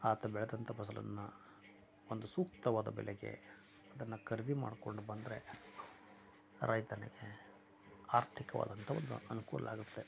ಆತ ಬೆಳೆದಂತ ಫಸಲನ್ನು ಒಂದು ಸೂಕ್ತವಾದ ಬೆಲೆಗೆ ಅದನ್ನು ಖರೀದಿ ಮಾಡಿಕೊಂಡು ಬಂದರೆ ರೈತನಿಗೆ ಆರ್ಥಿಕವಾದಂತ ಒಂದು ಅನುಕೂಲ ಆಗುತ್ತೆ